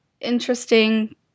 interesting